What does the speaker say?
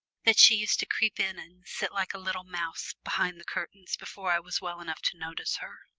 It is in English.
that she used to creep in and sit like a little mouse behind the curtains before i was well enough to notice her.